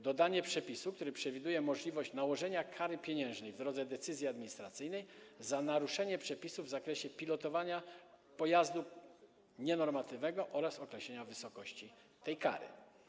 Dodaje się przepis, który przewiduje możliwość nałożenia kary pieniężnej w rodzaju decyzji administracyjnej za naruszenie przepisów w zakresie pilotowania pojazdu nienormatywnego oraz określenia wysokości tej kary.